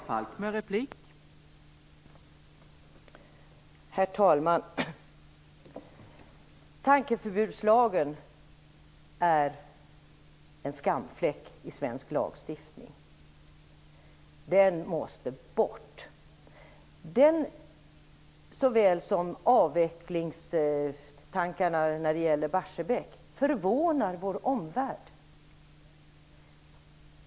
Herr talman! Tankeförbudslagen är en skamfläck i svensk lagstiftning. Den måste bort. Tankeförbudslagen och avvecklingstankarna när det gäller Barsebäck förvånar vår omvärld.